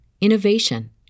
innovation